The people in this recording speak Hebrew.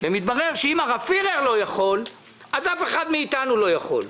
מתברר שאם הרב פירר לא יכול אז אף אחד מאיתנו לא יכול,